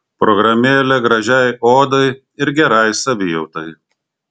programėlė gražiai odai ir gerai savijautai